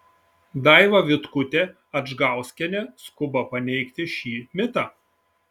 daiva vitkutė adžgauskienė skuba paneigti šį mitą